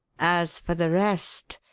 as for the rest,